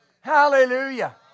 Hallelujah